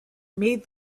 made